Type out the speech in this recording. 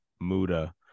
Muda